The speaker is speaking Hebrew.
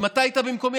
אם אתה היית במקומי,